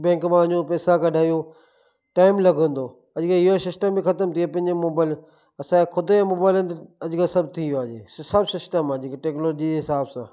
bank मां जो पेसा कढायो टाइम लॻंदो अॼुकल्ह इहो सिस्टम बि ख़तम थी वियो आहे पंहिंजे मोबाइल असां ख़ुदि जे मोबाइलनि ते अॼकल्ह सभ थी वियो आहे जे सभु सिस्टम अॼु टेक्नोलोजीअ जे हिसाब सां